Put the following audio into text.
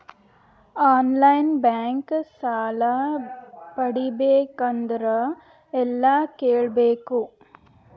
On line bank ಸಾಲ ಪಡಿಬೇಕಂದರ ಎಲ್ಲ ಕೇಳಬೇಕು?